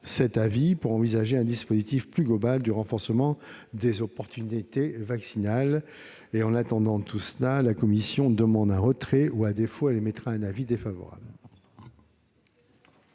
cet avis pour envisager un dispositif plus global de renforcement des opportunités vaccinales. En attendant, la commission demande le retrait de ces amendements. À défaut, elle émettra un avis défavorable.